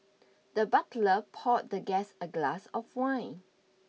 the butler poured the guest a glass of wine